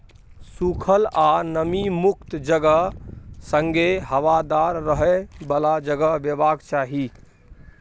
सुखल आ नमी मुक्त जगह संगे हबादार रहय बला जगह हेबाक चाही